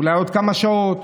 אולי עוד כמה שעות,